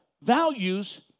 values